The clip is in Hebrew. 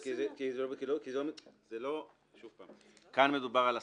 כאן מדובר בהשגה.